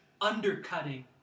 undercutting